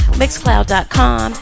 mixcloud.com